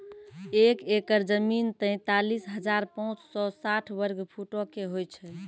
एक एकड़ जमीन, तैंतालीस हजार पांच सौ साठ वर्ग फुटो के होय छै